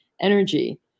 energy